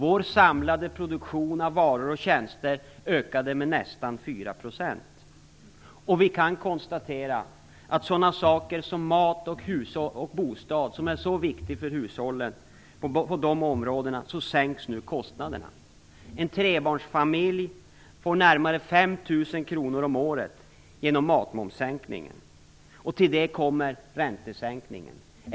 Vår samlade produktion av varor och tjänster ökade med nästan Vi kan konstatera att på sådana områden som mat och bostad, som är så viktiga för hushållen, sänks nu kostnaderna. Till det kommer räntesänkningen.